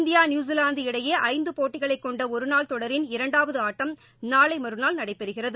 India New Zealand இடையே ஐந்து போட்டிகளைக் கொண்ட ஒருநாள் தொடரின் இரண்டாவது ஆட்டம் நாளை மறுநாள் நடைபெறுகிறது